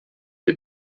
les